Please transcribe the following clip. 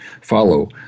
follow